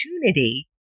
opportunity